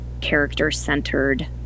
character-centered